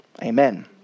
Amen